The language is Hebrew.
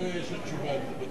הוא, יש לו תשובה על זה.